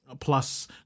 plus